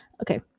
Okay